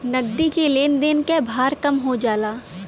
नगदी के लेन देन क भार कम हो जाला